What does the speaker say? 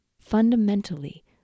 Fundamentally